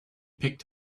picked